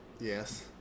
Yes